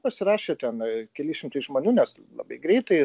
pasirašė ten kelis šimtai žmonių nes labai greitai